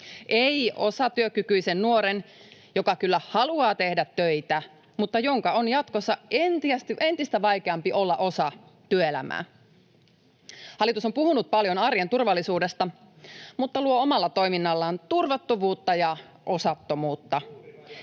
Ei osatyökykyisen nuoren, joka kyllä haluaa tehdä töitä, mutta jonka on jatkossa entistä vaikeampi olla osa työelämää. Hallitus on puhunut paljon arjen turvallisuudesta mutta luo omalla toiminnallaan turvattomuutta ja osattomuutta.